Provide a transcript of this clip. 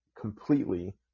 completely